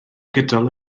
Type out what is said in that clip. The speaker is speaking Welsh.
gydol